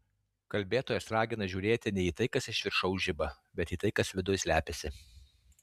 kalbėtojas ragina žiūrėti ne į tai kas iš viršaus žiba bet į tai kas viduj slepiasi